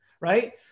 right